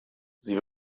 sie